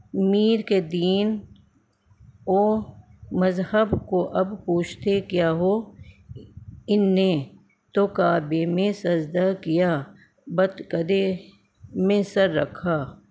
میر کے دین و مذہب کو اب پوچھتے کیا ہو ان نے تو کعبے میں سجدہ کیا بت کدے میں سر رکھا